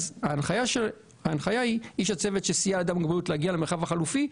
ההנחיה היא שאיש הצוות שסייע לאדם עם מוגבלות להגיע למרחב החלופי,